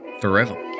forever